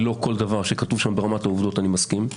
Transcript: לא עם כל דבר שכתוב שם ברמת העובדות אני מסכים.